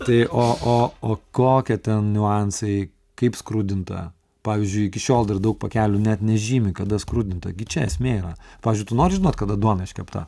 tai o o o kokie ten niuansai kaip skrudinta pavyzdžiui iki šiol dar daug pakelių net nežymi kada skrudinta gi čia esmė yra pavyzdžiui tu nori žinot kada duona iškepta